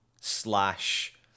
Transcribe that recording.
slash